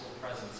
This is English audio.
presence